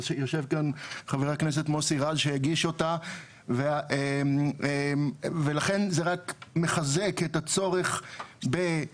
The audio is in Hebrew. יושב כאן חבר הכנסת מוסי רז שהגיש אותה ולכן זה רק מחזק את הצורך בלנתר,